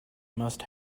must